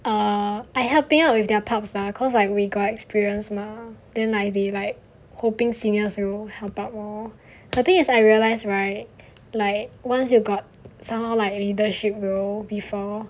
err I helping out with their props lah cause we got experience mah then I be like hoping seniors role help out lor the thing is I realise right like once you've got somehow like leadership role before